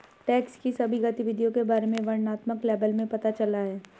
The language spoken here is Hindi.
टैक्स की सभी गतिविधियों के बारे में वर्णनात्मक लेबल में पता चला है